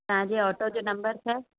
तव्हांजे ऑटो जो नम्बर छा आहे